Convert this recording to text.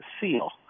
seal